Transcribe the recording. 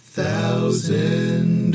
Thousand